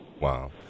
Wow